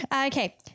Okay